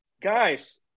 guys